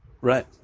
Right